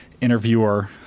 interviewer